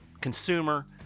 consumer